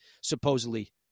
supposedly